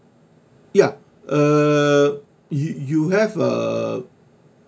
yup uh you you have a